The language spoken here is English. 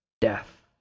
death